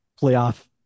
playoff